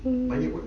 mm